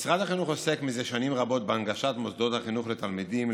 משרד החינוך עוסק זה שנים רבות בהנגשת מוסדות החינוך לתלמידים,